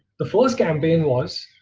the first campaign was,